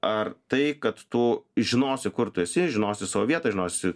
ar tai kad tu žinosi kur tu esi žinosi savo vietą žinosi